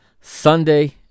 Sunday